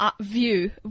view